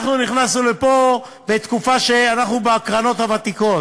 אנחנו נכנסנו לפה בתקופה שאנחנו בקרנות הוותיקות,